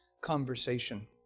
conversation